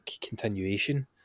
continuation